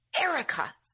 Erica